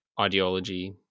ideology